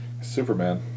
Superman